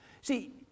See